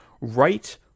right